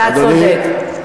אתה צודק.